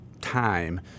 time